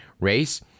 race